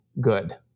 good